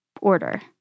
order